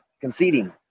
conceding